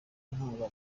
inkunga